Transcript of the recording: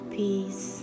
peace